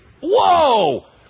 whoa